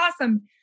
awesome